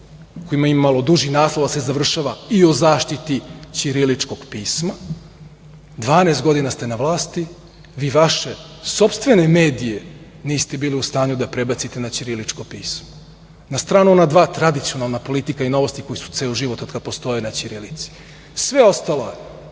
koji ima malo duži naslov ali se završava - i o zaštiti ćiriličkog pisma, 12 godina ste na vlasti, vi vaše sopstvene medije niste bili u stanju da prebacite na ćiriličko pismo. Na stranu ona dva tradicionalna, "Politika" i "Novosti", koji su ceo život, od kad postoje, na ćirilici. Sve ostalo je